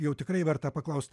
jau tikrai verta paklaust